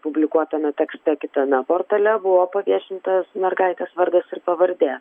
publikuotame tekste kitame portale buvo paviešintas mergaitės vardas ir pavardė